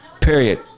Period